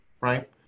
right